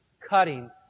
cutting